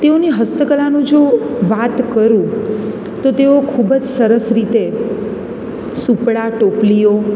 તેઓની હસ્તકલાનું જો વાત કરું તો તેઓ ખૂબ જ સરસ રીતે સૂપડાં ટોપલીઓ